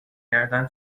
کردن